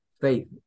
faith